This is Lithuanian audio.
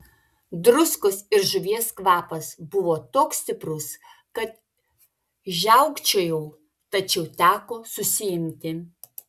druskos ir žuvies kvapas buvo toks stiprus kad žiaukčiojau tačiau teko susiimti